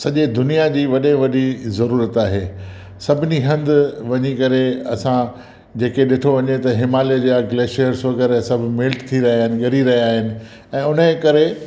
सॼे दुनिया जी वॾे में वॾी ज़रूरत आहे सभिनी हंधि वञी करे असां जेके ॾिठो वञे त हिमालय जा गिलेशर्स वग़ैरह सभु मेल्ट थी रहिया आहिनि ॻरी रहिया आहिनि ऐं उन जे करे